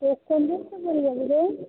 western ড্রেসটা পরে যাবি রে